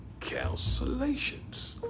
cancellations